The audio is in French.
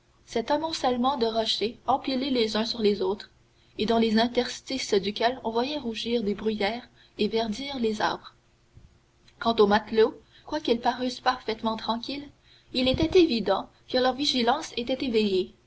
cet amoncellement de rochers empilés les uns sur les autres et dans les interstices desquels on voyait rougir des bruyères et verdir les arbres quant aux matelots quoiqu'ils parussent parfaitement tranquilles il était évident que leur vigilance était éveillée